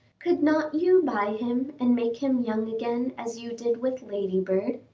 could not you buy him and make him young again as you did with ladybird?